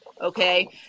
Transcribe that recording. okay